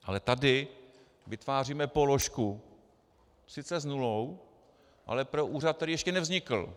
Ale tady vytváříme položku sice s nulou, ale pro úřad, který ještě nevznikl.